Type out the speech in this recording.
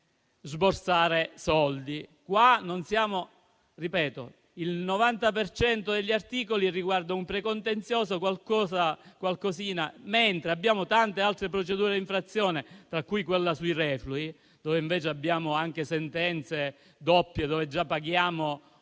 per cento degli articoli riguarda un precontenzioso, mentre abbiamo tante altre procedure di infrazione, tra cui quella sui reflui industriali, dove invece abbiamo anche sentenze doppie, dove già paghiamo un